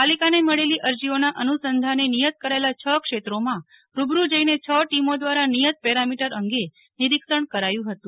પાલિકાને મળેલી અરજીઓના અનુસંધાને નિયત કરાયેલા હ ક્ષેત્રોમાં રૂબરૂ જઈને હ ટીમો દ્વારા નિયત પેરામીટર અંગે નિરીક્ષણ કરાયું હતું